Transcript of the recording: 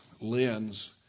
lens